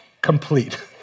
complete